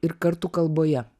ir kartu kalboje